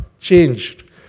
changed